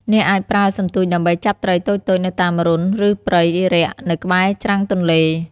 អ្នកអាចប្រើសន្ទូចដើម្បីចាប់ត្រីតូចៗនៅតាមរន្ធ ឬព្រៃរាក់នៅក្បែរច្រាំងទន្លេ។